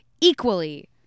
equally